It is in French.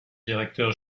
directeur